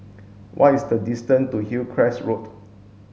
what is the distance to Hillcrest Road